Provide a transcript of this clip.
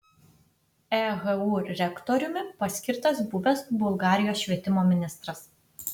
ehu rektoriumi paskirtas buvęs bulgarijos švietimo ministras